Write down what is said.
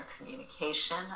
communication